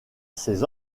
ses